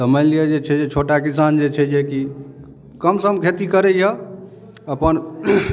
तऽ मानि लिअ जे छै जे छोटा किसान जे छै जेकी कमसम खेती करैया अपन